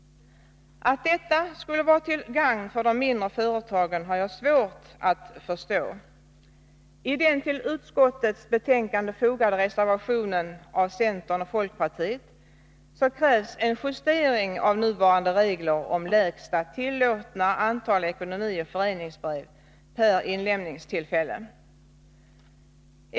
Att detta skulle vara till gagn för de mindre företagen har jag svårt att förstå. folkpartiet krävs en justering av nuvarande regler om lägsta tillåtna antal ekonomioch föreningsbrev per inlämningstillfälle.